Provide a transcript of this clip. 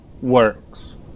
works